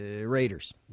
Raiders